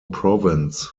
province